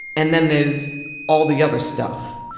and then there's all the other stuff.